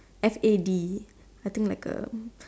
F A D I think like a